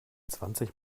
zwanzig